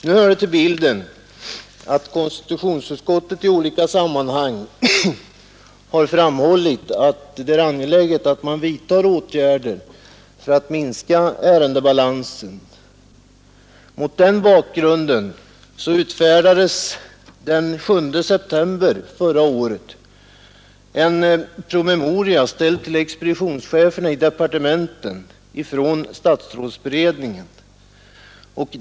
Nu hör det till bilden att konstitutionsutskottet i olika sammanhang har framhållit, att det är angeläget att man vidtar åtgärder för att minska ärendebalansen. Mot den bakgrunden utfärdades den 7 september förra året en PM ställd till expeditionscheferna i departementen från statsrådsberedningen.